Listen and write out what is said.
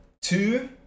Two